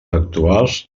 actuals